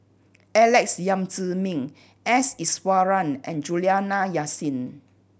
Alex Yam Ziming S Iswaran and Juliana Yasin